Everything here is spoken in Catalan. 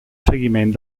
seguiment